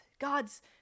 God's